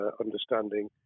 understanding